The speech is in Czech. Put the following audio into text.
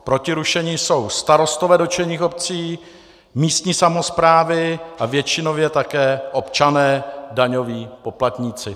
Proti rušení jsou starostové dotčených obcí, místní samosprávy a většinově také občané, daňoví poplatníci.